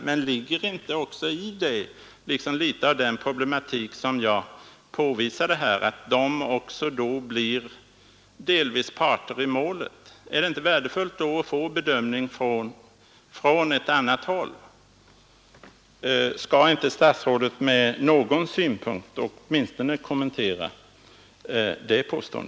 Men ligger inte också i det litet av den problematik som jag påvisade, nämligen att de också delvis blir parter i målet? Är det då inte värdefullt att få en bedömning från annat håll. Skall inte statsrådet med någon synpunkt åtminstone kommentera den frågan?